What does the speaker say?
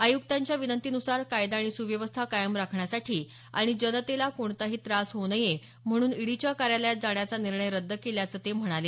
आयुक्तांच्या विनंतीनुसार कायदा आणि सुव्यस्था कायम राहण्यासाठी आणि जनतेला कोणताही त्रास होऊ नये म्हणून ईडीच्या कार्यालयात जाण्याचा निर्णय रद्द केल्याचं ते म्हणाले